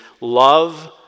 Love